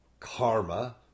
karma